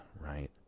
right